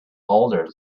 elderly